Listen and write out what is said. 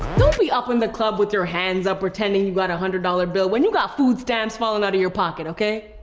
be up in the club with your hands up pretending you got a one hundred dollars bill when you got food stamps falling out of your pocket, okay.